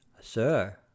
Sir